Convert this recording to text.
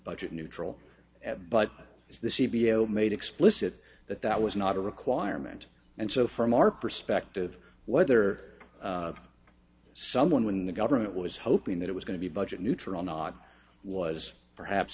budget neutral but as the c b l made explicit that that was not a requirement and so from our perspective whether someone when the government was hoping that it was going to be budget neutral not was perhaps